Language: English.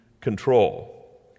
control